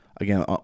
Again